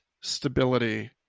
stability